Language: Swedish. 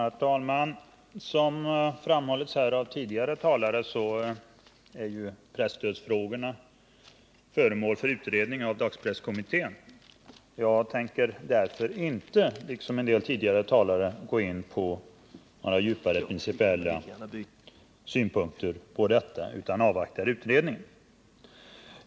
Herr talman! Som framhållits av tidigare talare är presstödsfrågorna föremål för utredning av dagspresskommittén. Jag tänker därför i likhet med tidigare talare inte djupare gå in på några principiella synpunkter på dessa frågor utan avvaktar utredningen.